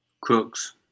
Crooks